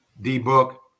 D-Book